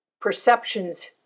perceptions